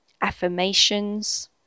Affirmations